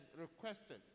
requested